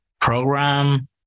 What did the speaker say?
program